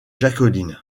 jacqueline